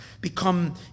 become